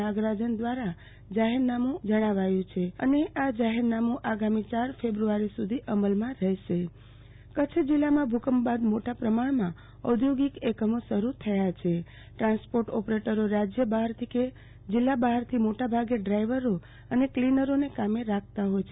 નાગરાજન દ્વારા જાહેરનામામાં જણાવ્યું છે અને આ જાહેરનામું આગામી ચાર ફેબ્રુઆરી સુધી અમલમાં રહેશે કચ્છ જિલ્લામાં ભૂ કંપ બાદ મોટા પ્રમાણમાં ઔદ્યોગિક એકમો શરૂ થયા છે ટ્રાન્સપોર્ટ ઓપરેટરો રાજય બહારથી કે જિલ્લા બહારથી મોટા ભાગે ડ્રાયવરો અને કલીનરોને કામે રાખતા હોય છે